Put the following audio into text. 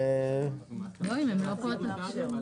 אני אומרת שבקצב של מה שקורה,